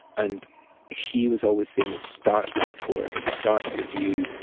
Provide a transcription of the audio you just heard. and he was always saying it starts at the core. it starts with you.